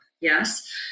Yes